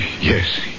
Yes